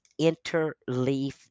interleaf